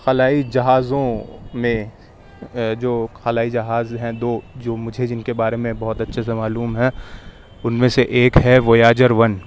خلئی جہازوں میں جو خلائی جہاز ہیں دو جو مجھے جن کے بارے میں بہت اچھے سے معلوم ہے ان میں سے ایک ہے ویاجر ون